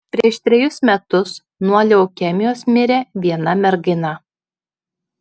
prieš trejus metus nuo leukemijos mirė viena mergina